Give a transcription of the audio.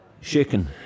shaken